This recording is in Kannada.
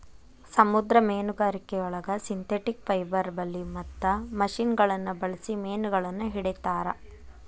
ಸಮುದ್ರ ಮೇನುಗಾರಿಕೆಯೊಳಗ ಸಿಂಥೆಟಿಕ್ ಪೈಬರ್ ಬಲಿ ಮತ್ತ ಮಷಿನಗಳನ್ನ ಬಳ್ಸಿ ಮೇನಗಳನ್ನ ಹಿಡೇತಾರ